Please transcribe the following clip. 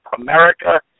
America